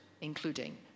including